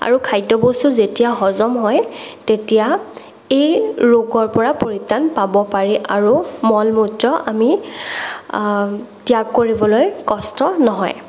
আৰু খাদ্য বস্তু যেতিয়া হজম হয় তেতিয়া এই ৰোগৰ পৰা পৰিত্ৰাণ পাব পাৰি আৰু মল মূত্ৰ আমি ত্যাগ কৰিবলৈ কষ্ট নহয়